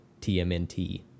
TMNT